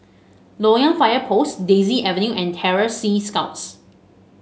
Loyang Fire Post Daisy Avenue and Terror Sea Scouts